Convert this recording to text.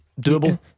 Doable